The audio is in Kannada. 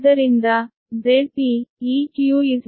ಆದ್ದರಿಂದ ಈ Zpeq0